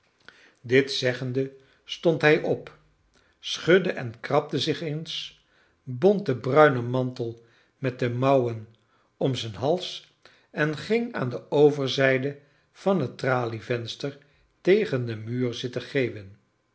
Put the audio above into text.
dit zeggende stond hij op schudde en krabde zich eens bond den bruinen mantel met de mouwen om zijn hals en ging aan de overzijde van het tralievenster tegen den muur zitten geeuwen